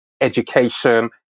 education